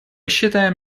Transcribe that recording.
считаем